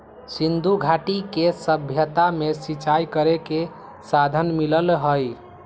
सिंधुघाटी के सभ्यता में सिंचाई करे के साधन मिललई ह